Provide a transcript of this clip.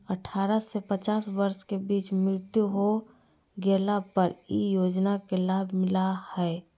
अठारह से पचास वर्ष के बीच मृत्यु हो गेला पर इ योजना के लाभ मिला हइ